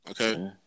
Okay